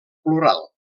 plural